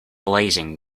blazing